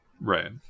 Right